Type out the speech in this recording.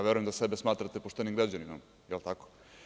Verujem da sebe smatrate poštenim građaninom jel tako?